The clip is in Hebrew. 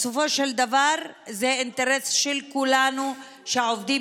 בסופו של דבר זה אינטרס של כולנו שהעובדים